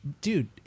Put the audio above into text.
dude